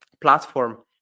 platform